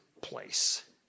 place